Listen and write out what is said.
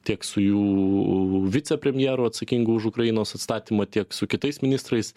tiek su jų vicepremjeru atsakingu už ukrainos atstatymą tiek su kitais ministrais